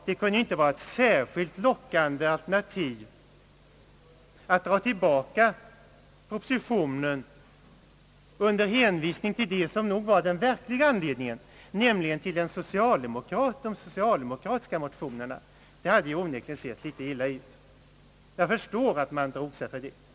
Det kunde inte vara ett särskilt lockande alternativ att dra tillbaka propositionen under hänvisning till det som kanske var den verkliga anledningen, nämligen de socialdemokratiska motionerna. Det hade onekligen sett mycket illa ut. Jag förstår att man drog sig för en sådan utväg.